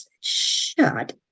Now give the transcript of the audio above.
Shut